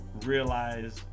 realize